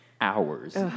hours